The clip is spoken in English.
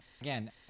Again